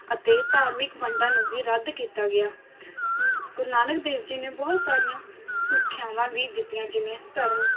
ਅਤੇ ਧਾਰਮਿਕ ਵੰਡਾਂ ਨੂੰ ਵੀ ਰੱਦ ਕੀਤਾ ਗਿਆ ਗੁਰੂ ਨਾਨਕ ਦੇਵ ਜੀ ਨੇ ਬਹੁਤ ਸਾਰੀਆਂ ਸਿੱਖਿਆਵਾਂ ਵੀ ਦਿੱਤੀਆਂ ਜਿਵੇਂ ਧਰਮ